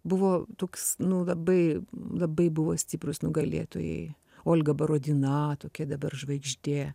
buvo toks nu labai labai buvo stiprūs nugalėtojai olga barodina tokia dabar žvaigždė